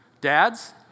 Dads